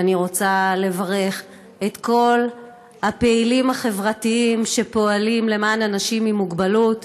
ואני רוצה לברך את כל הפעילים החברתיים שפועלים למען אנשים עם מוגבלות.